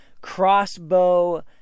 Crossbow